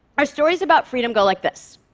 our stories about freedom go like this